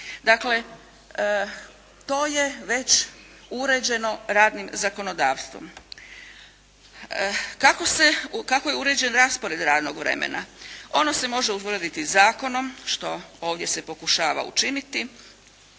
Dakle to je već uređeno radnim zakonodavstvom. Kako je uređen raspored radnog vremena? Ono se može utvrditi zakonom što ovdje se pokušava učiniti,